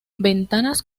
ventanas